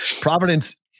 Providence